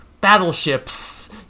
battleships